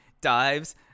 dives